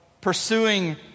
pursuing